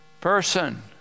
person